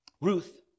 Ruth